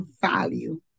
value